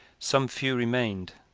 some few remained,